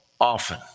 often